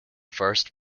first